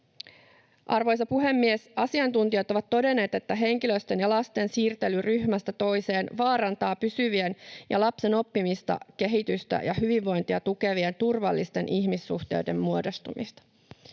Arvoisa puhemies! Asiantuntijat ovat todenneet, että henkilöstön ja lasten siirtely ryhmästä toiseen vaarantaa pysyvien ja lapsen oppimista, kehitystä ja hyvinvointia tukevien turvallisten ihmissuhteiden muodostumista.